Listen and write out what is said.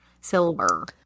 Silver